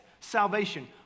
salvation